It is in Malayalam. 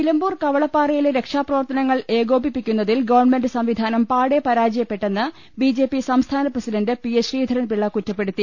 നിലമ്പൂർ കവളപ്പാറയിലെ രക്ഷാപ്രവർത്തനങ്ങൾ ഏകോപിപ്പി ക്കുന്നതിൽ ഗവൺമെന്റ് സംവിധാനം പാടേ പരാജയപ്പെട്ടെന്ന് ബിജെപി സംസ്ഥാന president P S Sreedharan Pillai കുറ്റപ്പെ ടുത്തി